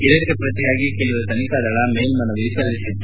ಇದಕ್ಕೆ ಪ್ರತಿಯಾಗಿ ಕೇಂದ್ರ ತನಿಖಾ ದಳ ಮೇಲ್ಲನವಿ ಸಲ್ಲಿಸಿತ್ತು